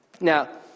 Now